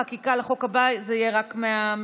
בחוק הבא זה יהיה רק מהמקומות.